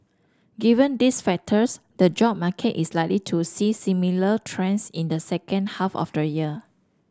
given these factors the job market is likely to see similar trends in the second half of the year